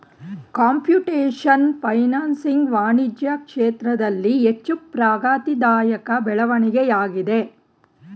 computation financing ವಾಣಿಜ್ಯ ಕ್ಷೇತ್ರದಲ್ಲಿ ಹೆಚ್ಚು ಪ್ರಗತಿದಾಯಕ ಬೆಳವಣಿಗೆಯಾಗಿದೆ